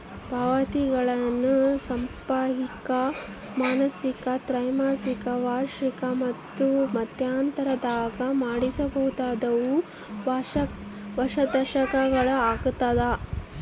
ಪಾವತಿಗಳನ್ನು ಸಾಪ್ತಾಹಿಕ ಮಾಸಿಕ ತ್ರೈಮಾಸಿಕ ವಾರ್ಷಿಕ ಅಥವಾ ಮಧ್ಯಂತರದಾಗ ಮಾಡಬಹುದಾದವು ವರ್ಷಾಶನಗಳು ಆಗ್ಯದ